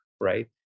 right